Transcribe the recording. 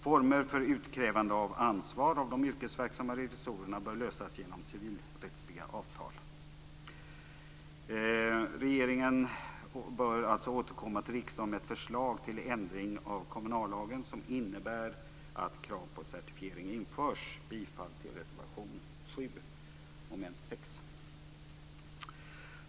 Former för utkrävande av ansvar av de yrkesverksamma revisorerna bör lösas genom civilrättsliga avtal. Regeringen bör alltså återkomma till riksdagen med ett förslag till ändring av kommunallagen som innebär att krav på certifiering införs. Jag yrkar bifall till reservation 7. Herr talman!